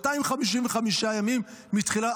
255 ימים מהתחלה.